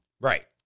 Right